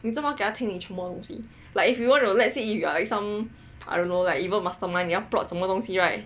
你做么要给他听你全部东西 like if you want to let's say if you are I don't know some evil mastermind 你要 plot 什么东西 right